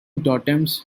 totems